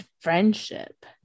friendship